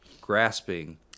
grasping